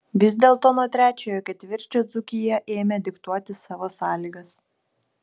vis dėlto nuo trečiojo ketvirčio dzūkija ėmė diktuoti savo sąlygas